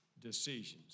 decisions